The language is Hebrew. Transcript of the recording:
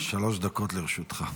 שלוש דקות לרשותך.